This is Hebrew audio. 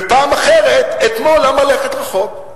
ופעם אחרת, אתמול, למה ללכת רחוק?